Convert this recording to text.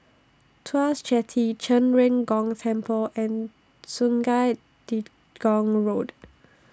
Tuas Jetty Zhen Ren Gong Temple and Sungei Gedong Road